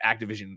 Activision